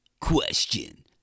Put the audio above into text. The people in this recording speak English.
Question